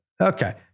Okay